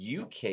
UK